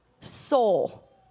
soul